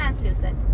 translucent